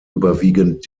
überwiegend